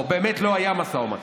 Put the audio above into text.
או באמת לא היה משא ומתן.